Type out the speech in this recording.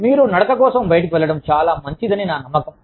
మీరు నడక కోసం బయటకు వెళ్ళటం చాలా మంచిదని నా నమ్మకం